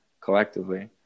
collectively